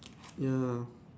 ya